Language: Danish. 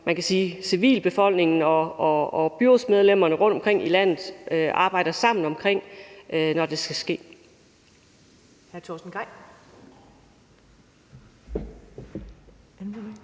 det er noget, som civilbefolkningen og byrådsmedlemmerne rundtomkring i landet arbejder sammen om, når det skal ske.